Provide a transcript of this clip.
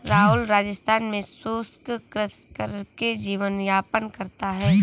राहुल राजस्थान में शुष्क कृषि करके जीवन यापन करता है